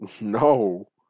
No